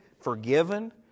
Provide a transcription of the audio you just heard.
forgiven